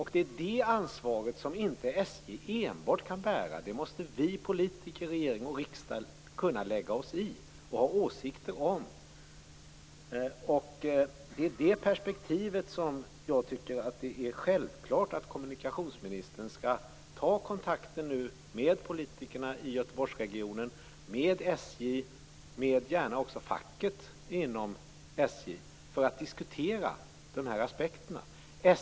Det är detta ansvar som inte enbart SJ kan bära. Det måste vi politiker, regering och riksdag kunna lägga oss i och ha åsikter om. I det perspektivet är det självklart att kommunikationsministern nu tar kontakt med politikerna i Göteborgsregionen, med SJ och gärna också med facket inom SJ för att diskutera dessa aspekter.